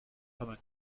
common